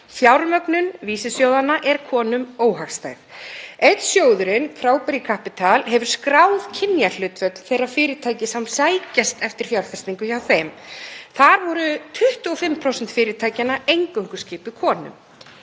Fjármögnun vísisjóðanna er konum óhagstæð. Einn sjóðurinn, Crowberry Capital, hefur skráð kynjahlutföll þeirra fyrirtækja sem sækjast eftir fjárfestingu hjá honum. Þar voru 25% fyrirtækjanna eingöngu skipuð konum,